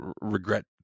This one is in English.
regret